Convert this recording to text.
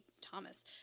Thomas